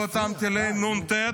טילי נ"ט,